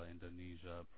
Indonesia